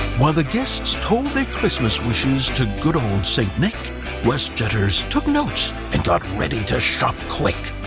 while the guests told their christmas wishes to good old saint nick westjetters took notes and got ready to shop quick.